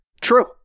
True